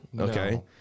okay